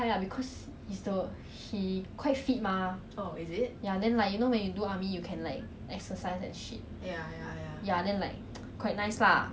mm